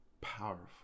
powerful